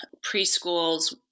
preschools